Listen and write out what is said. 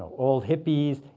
old hippies,